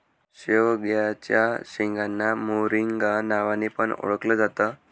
शेवग्याच्या शेंगांना मोरिंगा नावाने पण ओळखल जात